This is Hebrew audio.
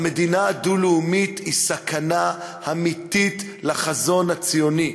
המדינה הדו-לאומית היא סכנה אמיתית לחזון הציוני.